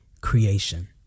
creation